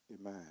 Amen